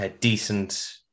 decent